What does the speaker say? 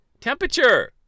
temperature